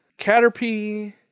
Caterpie